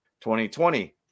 2020